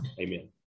Amen